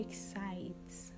Excites